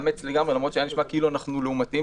למרות היה נשמע כאילו אנחנו לעומתיים